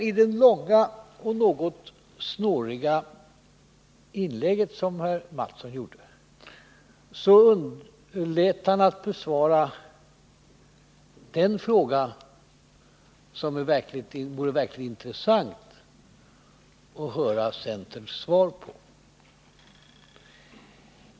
I sitt första långa och något snåriga inlägg underlät herr Mattsson att besvara den fråga som det vore verkligt intressant att höra centerns svar på.